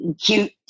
cute